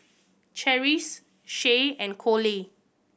Charisse Shay and Kole